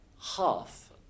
Half